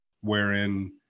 wherein